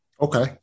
Okay